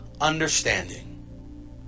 understanding